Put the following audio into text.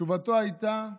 תשובתו הייתה: